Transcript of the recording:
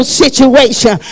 situation